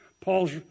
Paul's